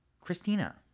Christina